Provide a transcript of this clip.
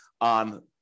on